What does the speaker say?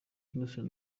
innocent